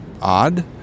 odd